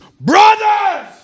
brothers